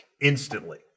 instantly